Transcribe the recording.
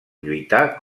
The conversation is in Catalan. lluitar